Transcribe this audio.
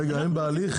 רגע, הם בהליך?